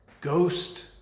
ghost